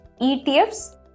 ETFs